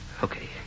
Okay